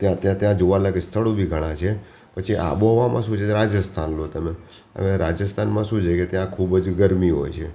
ત્યાં ત્યાં ત્યાં જોવાલાયક સ્થળો બી ઘણાં છે પછી આબોહવામાં શું છે કે રાજસ્થાન લો તમે હવે રાજસ્થાનમાં શું છે કે ત્યાં ખૂબ જ ગરમી હોય છે